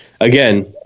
again